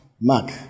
Mark